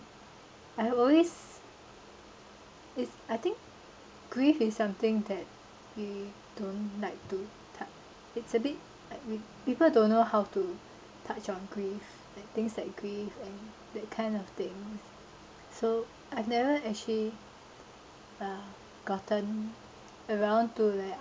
I always it's I think grieve is something that we don't like to touch it's a bit like we people don't know how to touch on grieve and things like grieve and that kind of things so I've never actually uh gotten around to like